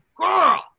girl